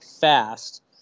Fast